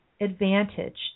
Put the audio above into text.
advantage